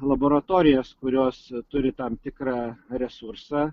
laboratorijas kurios turi tam tikrą resursą